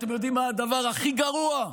אתם יודעים מה הדבר הכי גרוע?